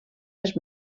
les